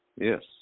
Yes